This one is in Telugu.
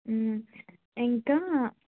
ఇంకా